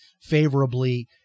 favorably